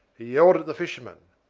he yelled at the fishermen,